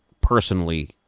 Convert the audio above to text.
personally